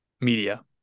media